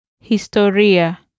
Historia